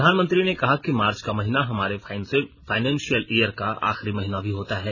प्रधानमंत्री ने कहा कि मार्च का महीना हमारे फाइनेंसियल ईयर का आखिरी महीना भी होता है